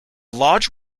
lodge